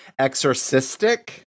Exorcistic